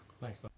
Thanks